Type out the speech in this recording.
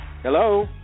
Hello